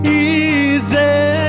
easy